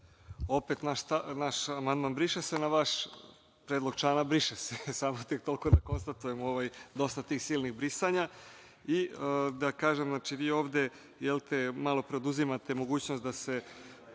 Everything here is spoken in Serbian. Opet naš amandman briše se, na vaš predlog člana briše se. Samo toliko da konstatujem da ima dosta tih silnih brisanja. Vi ovde malopre oduzimate mogućnost da se